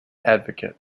advocate